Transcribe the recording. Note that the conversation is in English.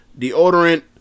deodorant